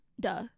Duh